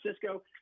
Cisco